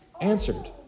answered